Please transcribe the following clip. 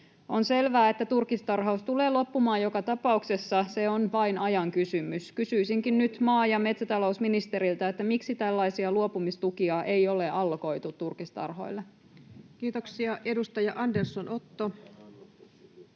On selvää, että turkistarhaus tulee loppumaan joka tapauksessa, se on vain ajan kysymys. Kysyisinkin nyt maa- ja metsätalousministeriltä: miksi tällaisia luopumistukia ei ole allokoitu turkistarhoille? [Speech 448] Speaker: